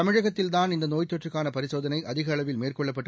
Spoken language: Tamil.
தமிழகத்தில்தான் இந்த நோய் தொற்றுக்கான பரிசோதனை அதிக அளவில் மேற்கொள்ளப்பட்டு